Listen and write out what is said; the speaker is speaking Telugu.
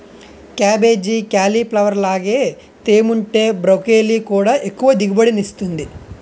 కేబేజీ, కేలీప్లవర్ లాగే తేముంటే బ్రోకెలీ కూడా ఎక్కువ దిగుబడినిస్తుంది